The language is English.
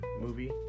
movie